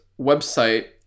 website